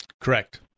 Correct